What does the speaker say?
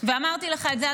ואמרתי לך את זה,